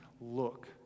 look